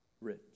rich